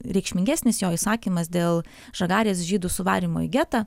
reikšmingesnis jo įsakymas dėl žagarės žydų suvarymo į getą